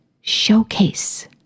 showcase